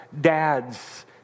dads